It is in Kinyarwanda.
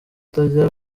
atajya